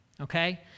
okay